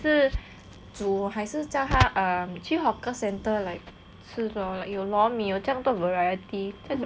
煮还是叫他去 hawker centre 吃 lor like lor mee 有将多 variety 在这边又没有